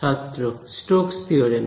ছাত্র Stokes theorem